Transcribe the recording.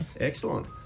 Excellent